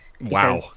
Wow